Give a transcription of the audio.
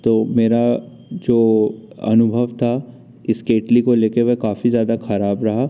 तो मेरा जो अनुभव था इस केतली को ले कर वह काफ़ी ज़्यादा ख़राब था